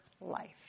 life